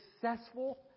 successful